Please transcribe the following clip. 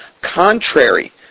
contrary